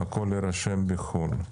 יירשמו בחו"ל.